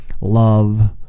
love